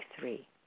three